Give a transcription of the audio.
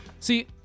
See